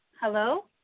Hello